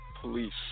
police